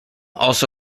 also